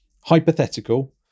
hypothetical